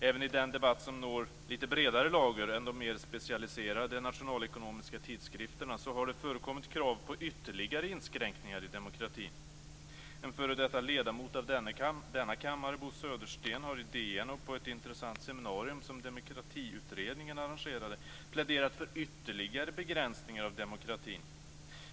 Även i den debatt som når bredare lager än de mer specialiserade nationalekonomiska tidskrifterna har det förekommit krav på ytterligare inskränkningar i demokratin. En f.d. ledamot av denna kammare, Bo Södersten, har i Dagens Nyheter och på ett intressant seminarium som Demokratiutredningen arrangerade pläderat för ytterligare begränsningar av demokratin.